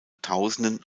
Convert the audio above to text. tausenden